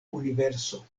universo